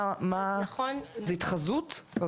זאת התחזות?